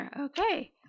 Okay